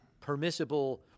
permissible